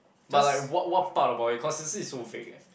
but like what what part about it consistency is so vague eh